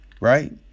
Right